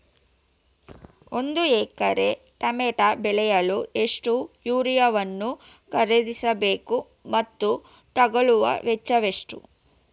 ಒಂದು acre tomato ಬೆಳೆಯಲು ಎಷ್ಟು ಯೂರಿಯಾವನ್ನು ಖರೀದಿಸ ಬೇಕು ಮತ್ತು ತಗಲುವ ವೆಚ್ಚ ಎಷ್ಟು?